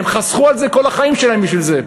הם חסכו כל החיים שלהם בשביל זה.